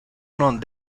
non